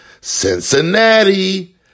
Cincinnati